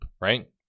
Right